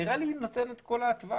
נראה לי נותן את כל הטווח.